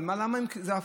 ולמה אין הפוך: